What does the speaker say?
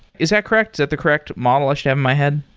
is that correct? is that the correct model i should have in my head?